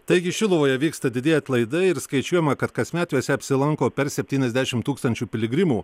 taigi šiluvoje vyksta didieji atlaidai ir skaičiuojama kad kasmet juose apsilanko per septyniasdešimt tūkstančių piligrimų